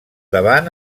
davant